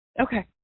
Okay